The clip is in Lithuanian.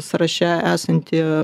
sąraše esantį